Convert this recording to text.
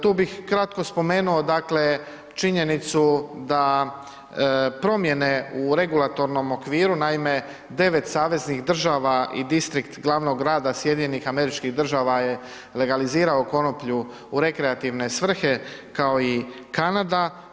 Tu bih kratko spomenuo činjenicu da promjene u regulatornom okviru, naime 9 saveznih država i diskrit glavnog grada SAD-a je legalizirao konoplju u rekreativne svrhe kao i Kanada.